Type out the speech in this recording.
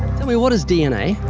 tell me, what is dna?